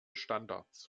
standards